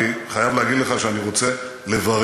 אני חייב להגיד לך שאני רוצה לברר.